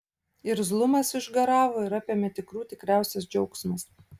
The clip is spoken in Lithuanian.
irzlumas išgaravo ir apėmė tikrų tikriausias džiaugsmas